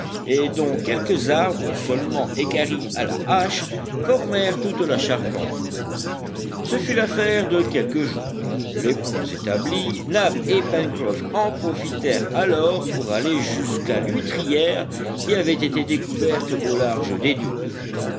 et dont quelques arbres seulement équarris à la hache formèrent toute la charpente ce fut l'affaire de quelques jours les ponts établis nab et pencroff en profitèrent alors pour aller jusqu'à l'huîtrière qui avait été découverte au large des dunes